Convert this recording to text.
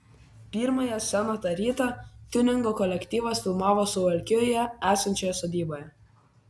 pirmąją sceną tą rytą tiuningo kolektyvas filmavo suvalkijoje esančioje sodyboje